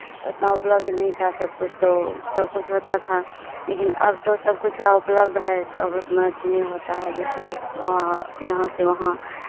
उतना उपलब्ध नहीं था सब कुछ तो सब कुछ होता था लेकिन अब तो सब कुछ का उपलब्ध है तो उतना इतने होता है जैसे यहाँ से वहाँ